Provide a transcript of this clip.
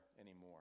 anymore